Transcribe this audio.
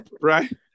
right